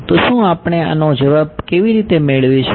તો શું આપણે આનો જવાબ કેવી રીતે મેળવીશું